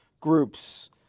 groups